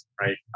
right